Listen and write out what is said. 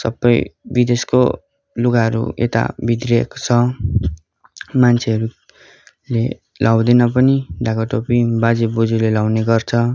सबै विदेशको लुगाहरू यता भित्रिएको छ मान्छेहरूले लाउँदैन पनि ढाकाटोपी बाजेबोजूले लाउने गर्छ